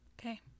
okay